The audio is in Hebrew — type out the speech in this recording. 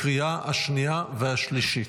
לקריאה השנייה והשלישית.